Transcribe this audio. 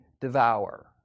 devour